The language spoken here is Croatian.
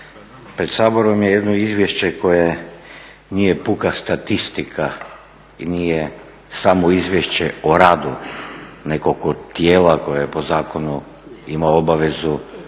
pred Saborom je jedno izvješće koje nije puka statistika i nije samo izvješće o radu nekog od tijela koje po zakonu ima obavezu